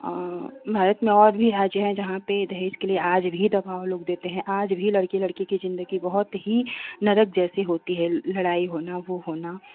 आँ भारत में और भी राज्य जहाँ पर दहेज के लिए आज भी दबाव लोग देते हैं आज भी लड़के लड़की की ज़िन्दगी बहुत ही नर्क जैसे होती है लड़ाई हो न हो होना